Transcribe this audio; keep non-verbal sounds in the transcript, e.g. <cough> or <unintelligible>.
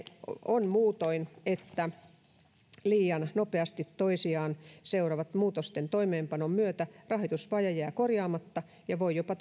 on muutoin että liian nopeasti toisiaan seuraavien muutosten toimeenpanon myötä rahoitusvaje jää korjaamatta ja voi jopa <unintelligible>